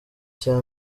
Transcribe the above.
cya